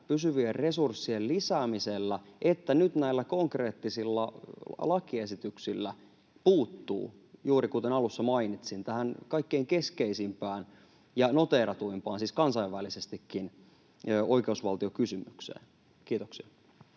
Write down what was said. pysyvien resurssien lisäämisellä että nyt näillä konkreettisilla lakiesityksillä nimenomaisesti puuttuu juuri, kuten alussa mainitsin, tähän kaikkein keskeisimpään ja kansainvälisestikin noteeratuimpaan oikeusvaltiokysymykseen. — Kiitoksia.